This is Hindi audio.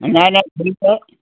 नहीं नहीं ठीक है